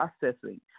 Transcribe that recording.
processing